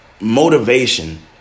motivation